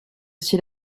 aussi